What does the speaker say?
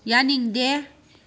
ꯌꯥꯅꯤꯡꯗꯦ